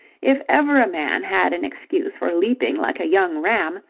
if ever a man had an excuse for leaping like a young ram,